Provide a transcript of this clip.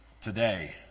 today